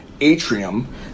atrium